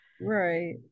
right